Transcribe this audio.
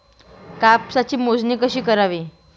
कापसाची मोजणी कशी करावी?